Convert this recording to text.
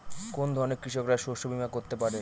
কোন ধরনের কৃষকরা শস্য বীমা করতে পারে?